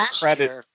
credit